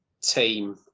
team